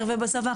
הנושא הזה,